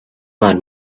man